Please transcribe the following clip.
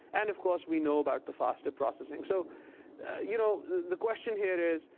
and, of course, we know about the faster processing. so you know the question here is,